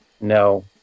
No